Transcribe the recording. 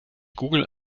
google